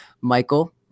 Michael